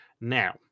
Now